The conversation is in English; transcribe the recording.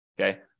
Okay